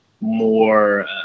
more